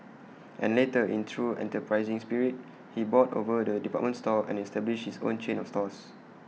and later in true enterprising spirit he bought over the department store and established his own chain of stores